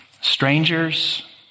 strangers